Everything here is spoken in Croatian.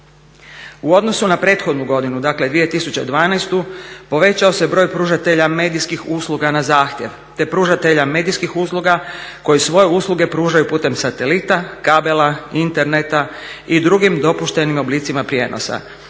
U odnosu na prethodnu godinu, dakle 2012., povećao se broj pružatelja medijskih usluga na zahtjev te pružatelja medijskih usluga koji svoje usluge pružaju putem satelita, kabela, interneta i drugim dopuštenim oblicima prijenosa